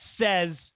says